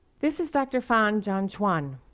this is dr. fan jianchuan.